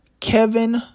Kevin